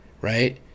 right